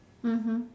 mmhmm